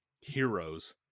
heroes